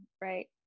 right